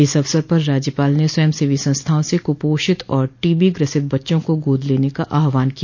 इस अवसर पर राज्यपाल ने स्वयं सेवी संस्थाओं से कुपोषित और टीबो ग्रसित बच्चों को गोद लेने का आहवान किया